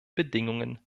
bedingungen